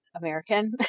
American